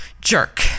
jerk